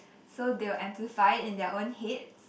so they will amplify it in their own heads